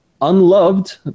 Unloved